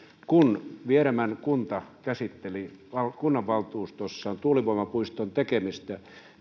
kun vieremän kunta käsitteli kunnanvaltuustossaan tuulivoimapuiston tekemistä